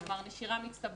כלומר נשירה מצטברת.